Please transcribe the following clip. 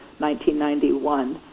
1991